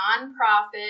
non-profit